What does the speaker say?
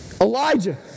Elijah